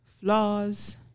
flaws